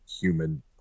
human